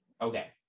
Okay